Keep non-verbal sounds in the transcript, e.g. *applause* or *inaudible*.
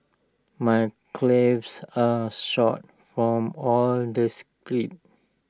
my *unintelligible* are sore from all the sprints